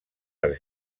les